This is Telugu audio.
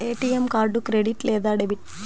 ఏ.టీ.ఎం కార్డు క్రెడిట్ లేదా డెబిట్?